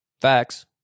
Facts